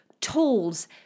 Tools